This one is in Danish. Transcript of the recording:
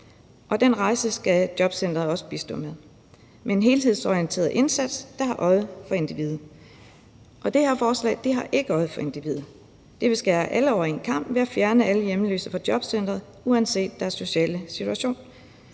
Den rejse skal jobcenteret også bistå med med en helhedsorienteret indsats, der har øje for individet. Og det her forslag har ikke øje for individet. Det vil skære alle over en kam ved at fjerne alle hjemløse fra jobcenteret uanset deres sociale situation.